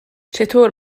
چطور